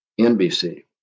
NBC